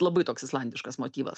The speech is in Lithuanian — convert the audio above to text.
labai toks islandiškas motyvas